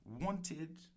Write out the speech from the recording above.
wanted